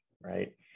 right